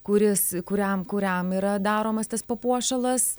kuris kuriam kuriam yra daromas tas papuošalas